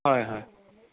হয় হয়